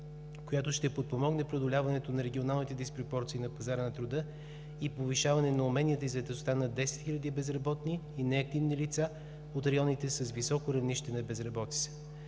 която ще подпомогне преодоляването на регионалните диспропорции на пазара на труда и повишаване на уменията и заетостта на 10 хиляди безработни и неактивни лица от районите с високо равнище на безработица.